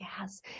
Yes